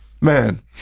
Man